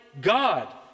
God